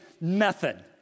method